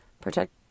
protect